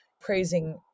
praising